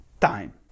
time